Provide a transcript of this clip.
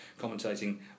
commentating